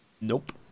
Nope